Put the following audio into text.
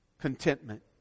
contentment